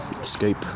escape